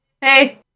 hey